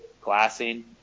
glassing